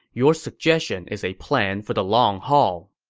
your suggestion is a plan for the long haul.